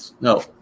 No